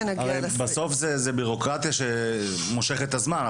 הרי בסוף זה ביורוקרטיה שמושכת את הזמן.